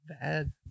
Bad